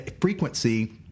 frequency